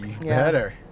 Better